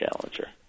challenger